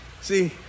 See